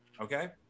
Okay